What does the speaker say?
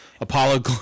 Apollo